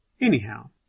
Anyhow